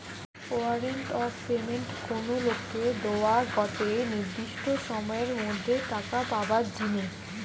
warrant of payment কোনো লোককে দোয়া গটে নির্দিষ্ট সময়ের মধ্যে টাকা পাবার জিনে